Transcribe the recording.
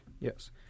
Yes